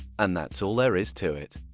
and that's all there is to it!